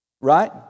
Right